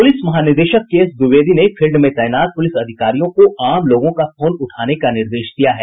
police महानिदेशक KS॰ Dwivedi ने field में तैनात पुलिस अधिकारियों को आम लोगों का फोन उठाने का निर्देश दिया है